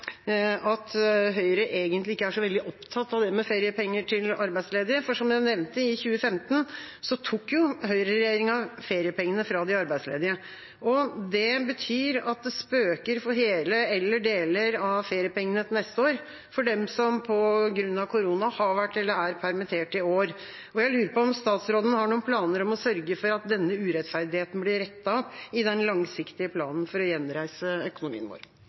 Høyre egentlig ikke er så veldig opptatt av feriepenger til arbeidsledige. For som jeg nevnte: I 2015 tok jo høyreregjeringa feriepengene fra de arbeidsledige. Det betyr at det spøker for hele eller deler av feriepengene til neste år for dem som på grunn av korona har vært eller er permittert i år. Jeg lurer på om statsråden har noen planer om å sørge for at denne urettferdigheten blir rettet opp i den langsiktige planen for å gjenreise økonomien vår.